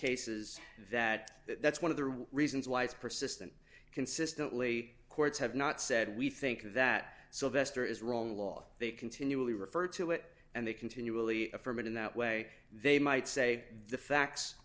cases that that's one of the reasons why it's persistent consistently courts have not said we think that sylvester is wrong law they continually refer to it and they continually affirm it in that way they might say the facts